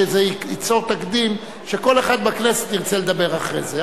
שזה ייצור תקדים שכל אחד בכנסת ירצה לדבר אחרי זה.